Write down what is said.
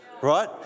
right